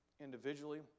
individually